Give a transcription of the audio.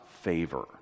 favor